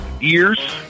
ears